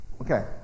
Okay